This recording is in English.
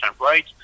right